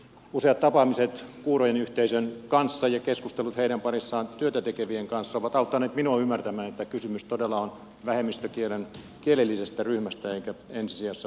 useat tapaamiset kuurojen yhteisön kanssa ja keskustelut heidän parissaan työtä tekevien kanssa ovat auttaneet minua ymmärtämään että kysymys todella on kielellisestä ryhmästä eikä ensi sijassa vammaisryhmästä